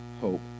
hope